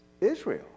Israel